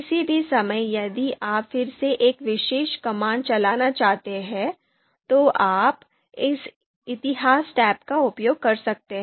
किसी भी समय यदि आप फिर से एक विशेष कमांड चलाना चाहते हैं तो आप इस इतिहास टैब का उपयोग कर सकते हैं